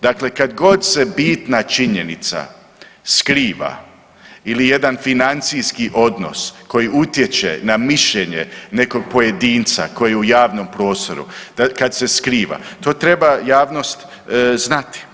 Dakle, kad god se bitna činjenica skriva ili jedan financijski odnos koji utječe na mišljenje nekog pojedinca koji je u javnom prostoru kad se skriva to treba javnost znati.